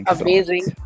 amazing